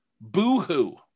Boo-hoo